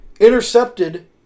intercepted